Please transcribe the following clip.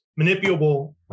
manipulable